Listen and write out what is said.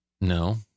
No